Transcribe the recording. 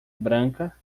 branca